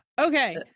okay